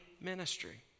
ministry